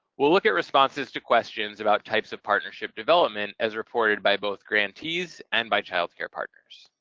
we'll look at responses to questions about types of partnership development as reported by both grantees and by child care partners.